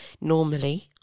Normally